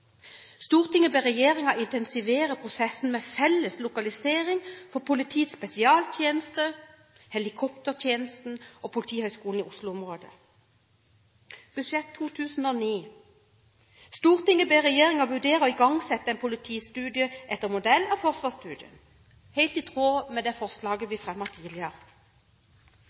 ber regjeringen intensivere prosessen med felles lokalisering for politiets spesialtjenester, helikoptertjenesten og Politihøgskolen i Oslo-området.» I Budsjett-innst. S nr. 4 for 2008–2009: «Stortinget ber regjeringen vurdere å igangsette en politistudie etter modell av Forsvarsstudien» – helt i tråd med det forslaget